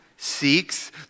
seeks